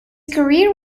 career